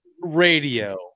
radio